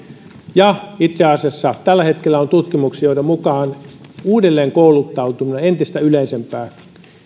ja itse asiassa tällä hetkellä on tutkimuksia joiden mukaan uudelleen kouluttautuminen on entistä yleisempää